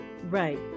right